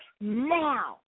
now